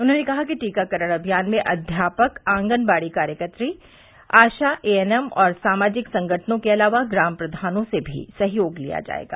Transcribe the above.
उन्होंने कहा कि टीकाकरण अभियान में अध्यापक आंगनबाड़ी कार्यकत्री आशा एएनएम और सामाजिक संगठनों के अलावा ग्राम प्रधानों से भी सहयोग लिया जायेगा